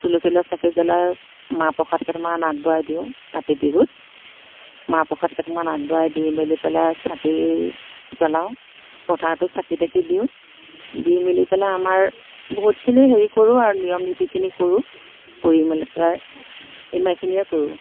তুলসী তলত চাকি জ্বলাই মাহ প্ৰসাদ কেইটামান আগবঢ়াই দিওঁ কাতি বিহুত মাহ প্ৰসাদ কেইটামান আগবঢ়াই দি মেলি পেলাই চাকি জ্বলাওঁ পথাৰটো চাকি তাকি দিওঁ দি মেলি পেলাই আমাৰ বহুতখিনি হেৰি কৰোঁ আৰু নিয়ম নীতিখিনি কৰোঁ কৰি মেলি প্ৰায় ইমানখিনিয়ে কৰোঁ